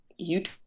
youtube